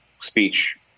speech